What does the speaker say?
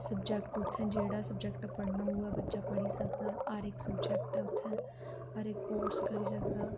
subject उत्थै जेह्ड़ा subject पढ़ना होऐ बच्चा पढ़ी सकदा हर इक सब्जैक्ट ऐ उत्थै हर इक कोर्स करी सकदा